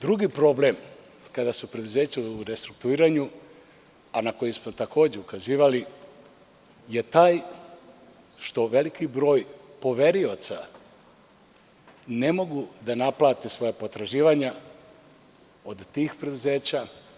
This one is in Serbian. Drugi problem kada su preduzeća u restrukturiranju, a na koji smo takođe ukazivali, je taj što veliki broj poverioca ne mogu da naplate svoja potraživanja od tih preduzeća.